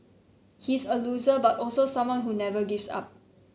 he's a loser but also someone who never gives up